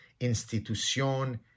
institución